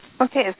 Okay